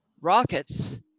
rockets